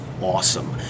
awesome